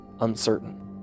uncertain